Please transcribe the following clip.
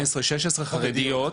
חרדיות,